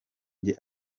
njye